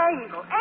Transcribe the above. Angle